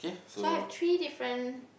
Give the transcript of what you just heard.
so I have three different